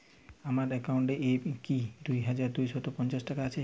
আমার অ্যাকাউন্ট এ কি দুই হাজার দুই শ পঞ্চাশ টাকা আছে?